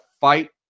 fight